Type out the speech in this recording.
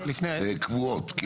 קבועות.